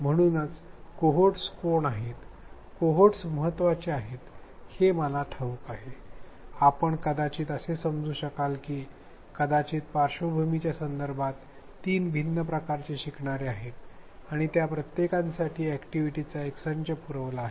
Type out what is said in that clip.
म्हणूनच कोहोर्ट्स कोण आहेत कोहोर्ट्स महत्त्वाचे आहेत हे मला ठाऊक आहे आपण कदाचित असे समजू शकाल की कदाचित पार्श्वभूमीच्या संदर्भात तीन भिन्न प्रकारचे शिकणारे आहेत आणि त्या प्रत्येकासाठी अॅक्टिव्हिटीसचा एक संच पुरविला आहे